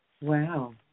Wow